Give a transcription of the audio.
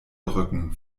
rücken